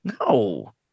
No